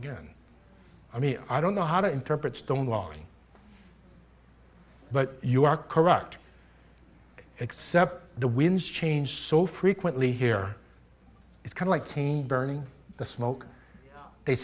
again i mean i don't know how to interpret stonewalling but you are correct except the winds change so frequently here it's kind of like team burning the smoke they